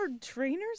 trainers